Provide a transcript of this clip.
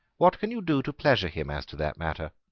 what can you do to pleasure him as to that matter?